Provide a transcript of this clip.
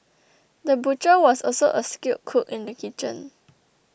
the butcher was also a skilled cook in the kitchen